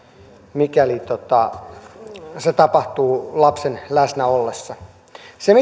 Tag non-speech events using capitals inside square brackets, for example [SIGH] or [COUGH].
mikäli se tapahtuu lapsen läsnä ollessa se [UNINTELLIGIBLE]